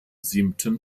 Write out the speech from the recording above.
siebten